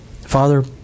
Father